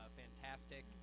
fantastic